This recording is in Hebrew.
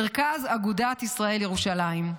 מרכז אגודת ישראל ירושלים.